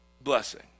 blessing